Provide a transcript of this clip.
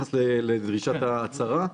ביחס לדרישת ההצהרה.